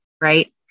right